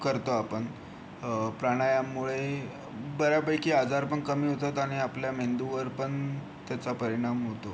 करतो आपण प्राणायाममुळे बऱ्यापैकी आजार पण कमी होतात आणि आपल्या मेंदूवर पण त्याचा परिणाम होतो